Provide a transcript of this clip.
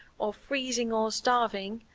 or freezing, or starving,